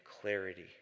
clarity